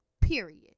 Period